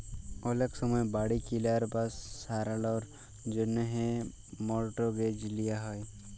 অলেক সময় বাড়ি কিলার বা সারালর জ্যনহে মর্টগেজ লিয়া হ্যয়